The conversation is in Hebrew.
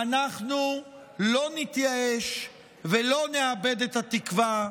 ואנחנו לא נתייאש ולא נאבד את התקווה,